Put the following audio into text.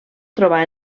trobar